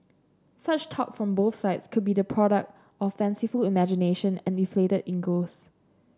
such talk from both sides could be the product of fanciful imagination and inflated egos